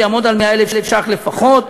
ויעמוד על 100,000 ש"ח לפחות.